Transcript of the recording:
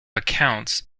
accounts